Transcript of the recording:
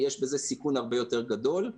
יש בזה סיכון הרבה יותר גדול.